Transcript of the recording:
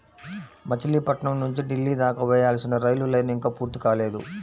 మచిలీపట్నం నుంచి ఢిల్లీ దాకా వేయాల్సిన రైలు లైను ఇంకా పూర్తి కాలేదు